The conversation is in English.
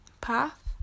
path